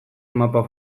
mapa